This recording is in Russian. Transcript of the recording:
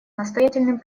настоятельным